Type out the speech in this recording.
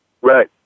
Right